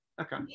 Okay